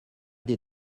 did